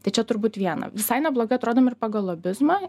tai čia turbūt viena visai neblogai atrodom ir pagal lobizmą